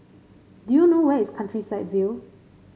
do you know where is Countryside View